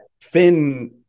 Finn